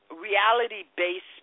reality-based